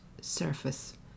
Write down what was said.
surface